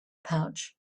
pouch